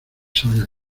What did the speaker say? salga